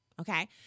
Okay